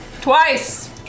Twice